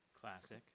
Classic